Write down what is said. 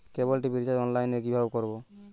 কেবল TV recharge online এ কিভাবে করব?